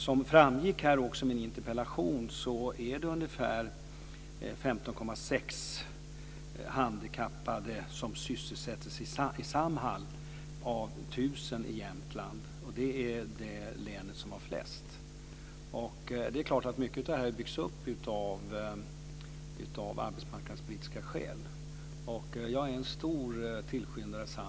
Som framgick i mitt interpellationssvar är det 15,6 Jämtland. Det är det län som har flest. Mycket av detta har självfallet byggts upp av arbetsmarknadspolitiska skäl. Jag är en stor tillskyndare av Samhall.